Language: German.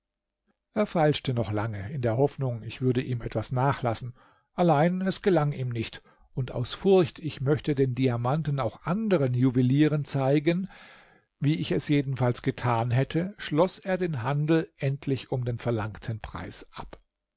er feilschte noch lange in der hoffnung ich würde ihm etwas nachlassen allein es gelang ihm nicht und aus furcht ich möchte den diamanten auch anderen juwelieren zeigen wie ich jedenfalls getan hätte schloß er den handel endlich um den verlangten preis ab